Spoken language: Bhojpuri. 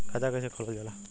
खाता कैसे खोलल जाला?